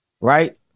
Right